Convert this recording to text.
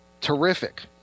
terrific